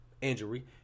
Injury